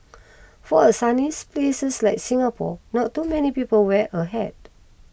for a sunny places like Singapore not many people wear a hat